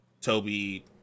Toby